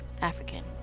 African